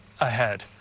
ahead